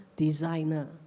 Designer